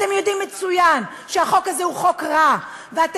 אתם יודעים מצוין שהחוק הזה הוא חוק רע ואתם